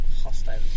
hostile